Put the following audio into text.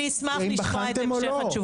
בחנתם או לא?